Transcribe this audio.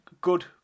good